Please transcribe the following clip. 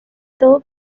todo